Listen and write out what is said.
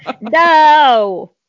No